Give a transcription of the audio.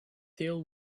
till